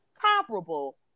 comparable